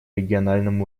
региональном